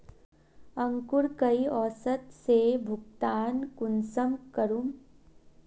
अंकूर कई औसत से भुगतान कुंसम करूम?